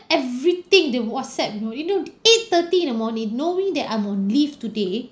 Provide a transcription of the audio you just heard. everything in the whatsapp you know you know eight thirty in the morning knowing that I'm on leave today